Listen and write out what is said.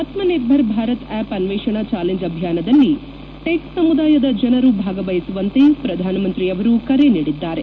ಆತ್ತನಿರ್ಭರ್ ಭಾರತ್ ಆಸ್ ಅನ್ವೇಷಣಾ ಚಾಲೆಂಜ್ ಅಭಿಯಾನದಲ್ಲಿ ಟೆಕ್ ಸಮುದಾಯದ ಜನರು ಭಾಗವಹಿಸುವಂತೆ ಶ್ರಧಾನ ಮಂತ್ರಿಯವರು ಕರೆ ನೀಡಿದ್ದಾರೆ